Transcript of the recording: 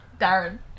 Darren